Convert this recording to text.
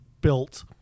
built